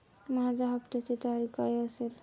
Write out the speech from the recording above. माझ्या हप्त्याची तारीख काय असेल?